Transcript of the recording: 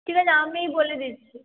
ঠিক আছে আমিই বলে দিচ্ছি